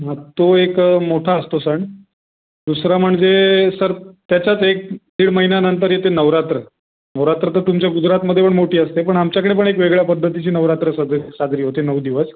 हां तो एक मोठा असतो सण दुसरं म्हणजे सर त्याच्यात एक दीड महिन्यानंतर येते नवरात्र नवरात्र तर तुमच्या गुजरातमध्ये पण मोठी असते पण आमच्याकडे पण एक वेगळ्या पद्धतीची नवरात्र सगळी साजरी होते नऊ दिवस